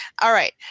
alright.